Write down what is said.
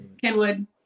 kenwood